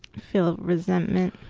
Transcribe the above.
feel resentment?